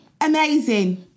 Amazing